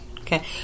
Okay